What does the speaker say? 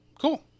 cool